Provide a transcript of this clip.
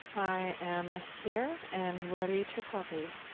i am here and ready to copy.